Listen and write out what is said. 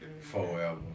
Forever